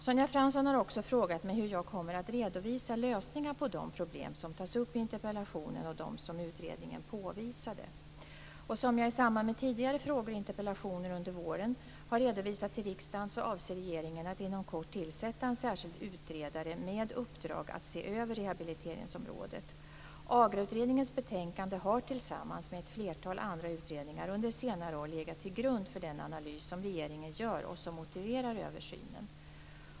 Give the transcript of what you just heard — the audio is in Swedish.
Sonja Fransson har också frågat mig hur jag kommer att redovisa lösningar på de problem som tas upp i interpellationen och de som utredningen påvisade. Som jag i samband med tidigare frågor och interpellationer under våren har redovisat till riksdagen avser regeringen att inom kort tillsätta en särskild utredare med uppdrag att se över rehabiliteringsområdet. AGRA-utredningens betänkande har tillsammans med ett flertal andra utredningar under senare år legat till grund för den analys som regeringen gör och som motiverar översynen.